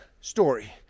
story